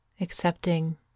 accepting